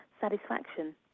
satisfaction